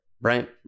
right